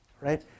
right